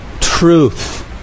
truth